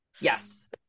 Yes